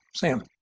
sam.